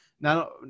now